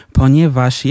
ponieważ